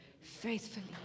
faithfully